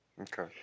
Okay